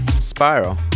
Spiral